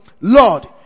Lord